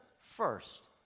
First